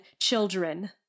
children